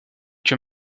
que